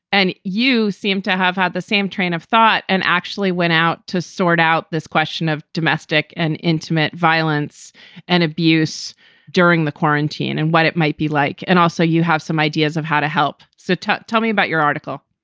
and you seem to have had the same train of thought and actually went out to sort out this question of domestic and intimate violence and abuse during the quarantine and what it might be like. and also, you have some ideas of how to help so setup tell me about your article.